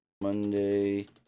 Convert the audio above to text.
Monday